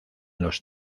los